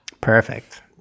Perfect